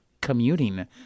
commuting